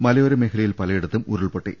മലയോരമേഖലയിൽ പലയിടത്തും ഉരുൾപൊട്ടി